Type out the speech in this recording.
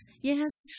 yes